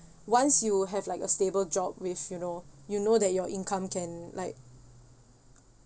once you have like a stable job with you know you know that your income can like